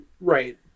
Right